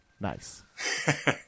Nice